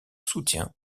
soutien